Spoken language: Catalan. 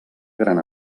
gran